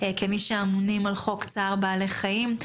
כמי שאמונים על חוק צער בעלי חיים.